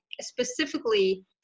specifically